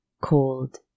cold